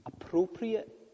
appropriate